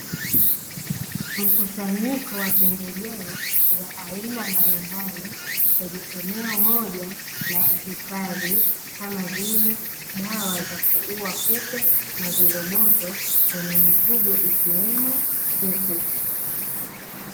Mkusanyiko wa pembejeo za aina mbalimbali kwenye eneo moja la kuhifadhi, kama vile dawa za kuua kupe na viroboto kwenye mifugo, ikiwemo kuku.